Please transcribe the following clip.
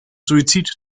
suizid